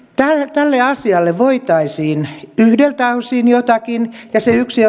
tälle asialle voitaisiin yhdeltä osin jotakin ja se yksi